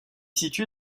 situé